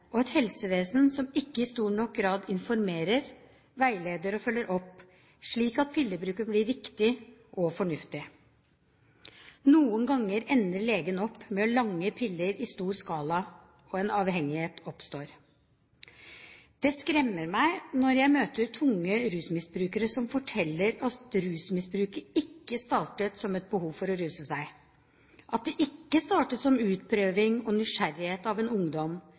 og et helsevesen som ikke i stor nok grad informerer, veileder og følger opp, slik at pillebruken blir riktig og fornuftig. Noen ganger ender legen opp med å lange piller i stor skala, og en avhengighet oppstår. Det skremmer meg når jeg møter tunge rusmisbrukere som forteller at rusmisbruket ikke startet som et behov for å ruse seg, at det ikke startet som utprøving, og nysgjerrighet, av en ungdom,